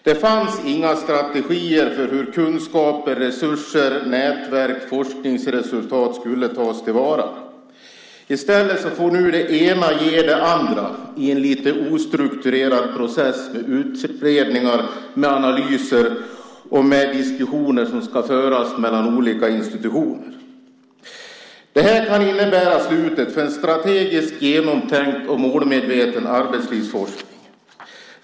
Det fanns inga strategier för hur kunskaper, resurser, nätverk och forskningsresultat skulle tas till vara. I stället får nu det ena ge det andra i en lite ostrukturerad process med utredningar och analyser och med diskussioner som ska föras mellan olika institutioner. Det här kan innebära slutet för en strategisk, genomtänkt och målmedveten arbetslivsforskning.